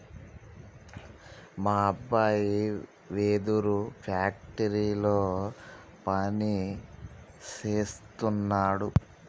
మా అబ్బాయి వెదురు ఫ్యాక్టరీలో పని సేస్తున్నాడు